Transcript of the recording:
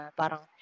parang